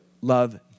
love